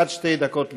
עד שתי דקות לרשותך.